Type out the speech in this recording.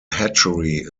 hatchery